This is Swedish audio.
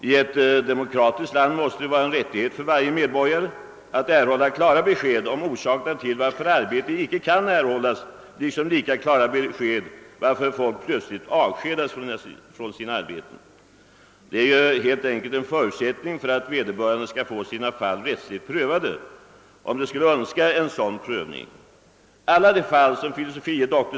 I ett demokratiskt land måste det vara en rättighet för varje medborgare att erhålla klara besked om orsakerna till att man icke kan erhålla arbete liksom klara besked om varför man plötsligt avskedas från sitt arbete. Det är helt enkelt en förutsättning för att vederbörande skall få sitt fall rättsligt prövat, om de skulle önska en sådan prövning. Alla de fall som fil. lic.